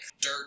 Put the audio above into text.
dirt